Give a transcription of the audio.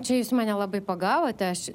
čia jūs mane labai pagavote aš